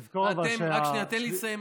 תזכור, אבל, רק שנייה, תן לי לסיים.